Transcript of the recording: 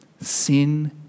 sin